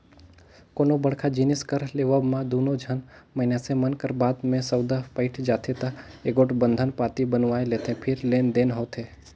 कोनो बड़का जिनिस कर लेवब म दूनो झन मइनसे मन कर बात में सउदा पइट जाथे ता एगोट बंधन पाती बनवाए लेथें फेर लेन देन होथे